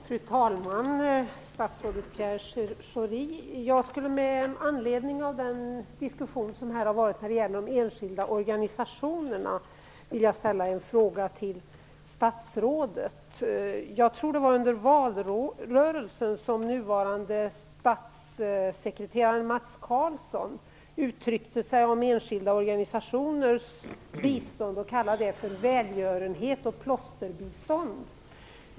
Fru talman! Statsrådet Pierre Schori! Jag skulle med anledning av den diskussion som här har förts om de enskilda organisationerna vilja ställa en fråga till statsrådet. Jag tror att det var under valrörelsen som nuvarande statssekreteraren Mats Karlsson kallade enskilda organisationers bistånd för "välgörenhet och plåsterbistånd".